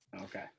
Okay